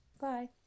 Bye